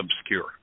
obscure